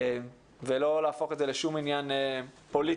ולא להפוך את זה לשום עניין פוליטי.